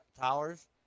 towers